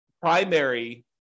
primary